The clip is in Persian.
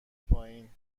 پایین